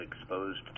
exposed